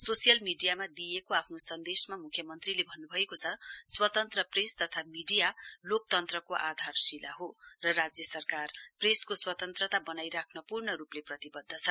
social मीडियामा दिइएको आफ्नो सन्देशमा मुख्यमन्त्रीले भन्नुभएको छ स्वतन्त्र प्रेस तथा मीडिया लोकतन्त्रको आधारशिला हो र राज्य सरकार प्रेसको स्वतन्त्रता वनाइराख्न पूर्ण रुपले प्रतिवध्द छ